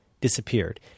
disappeared